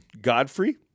Godfrey